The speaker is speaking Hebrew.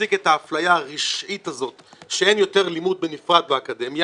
להפסיק את האפליה המרושעת הזו שאין יותר לימוד בנפרד באקדמיה,